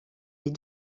des